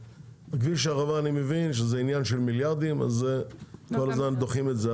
כביש הערבה אני מבין שזה עניין של מיליארדים אז כל הזמן דוחים את זה.